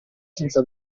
senza